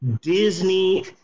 Disney